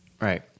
Right